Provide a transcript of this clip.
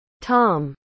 Tom